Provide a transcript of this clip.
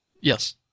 Yes